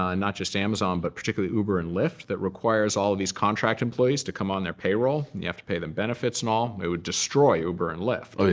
not just amazon, but particularly uber and lyft that requires all of these contract employees to come on their payroll. you have to pay them benefits and all. it would destroy uber and lyft,